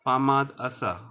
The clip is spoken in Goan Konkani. फामाद आसा